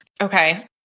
Okay